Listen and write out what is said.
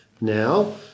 now